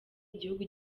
igihugu